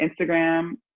Instagram